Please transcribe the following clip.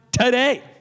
today